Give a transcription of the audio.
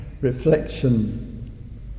reflection